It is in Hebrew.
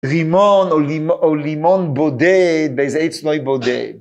רימון או לימון בודד, באיזה עץ נוי בודד.